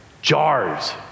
jars